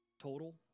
total